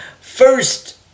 First